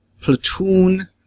platoon